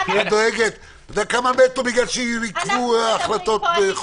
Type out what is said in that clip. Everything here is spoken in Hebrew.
את יודעת כמה מתו בגלל שעיכבו החלטות במשך חודשים?